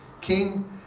king